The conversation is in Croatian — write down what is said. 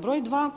Broj dva,